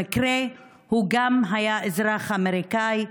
במקרה הוא גם היה אזרח אמריקאי,